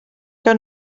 que